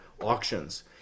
auctions